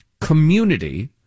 community